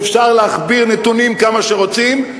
ואפשר להכביר נתונים כמה שרוצים.